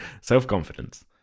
self-confidence